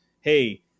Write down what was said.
hey